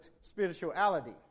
spirituality